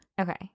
Okay